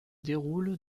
déroule